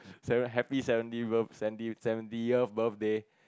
seven happy seventy birth seventy seventy year birthday